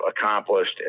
accomplished